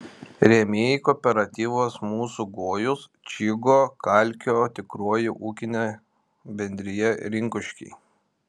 rėmėjai kooperatyvas mūsų gojus čygo kalkio tikroji ūkinė bendrija rinkuškiai